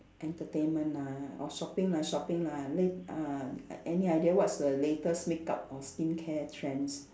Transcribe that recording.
entertainment ah or shopping lah shopping lah la~ uh an~ any idea what's the latest makeup or skincare trends